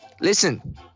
listen